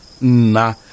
Na